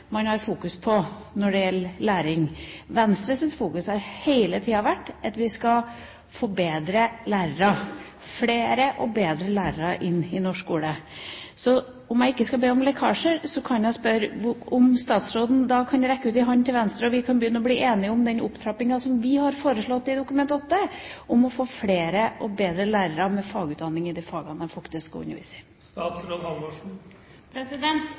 man fokuserer på når det gjelder læring. Venstre har hele tida fokusert på at vi skal få flere og bedre lærere inn i norsk skole. Om jeg ikke vil be om lekkasjer, vil jeg spørre om statsråden kan rekke ut ei hand til Venstre, slik at vi kan bli enige om den opptrappinga som vi har foreslått i Dokument nr. 8:145 S for 2009–2010, om å få flere og bedre lærere, med fagutdanning i de fagene de underviser i.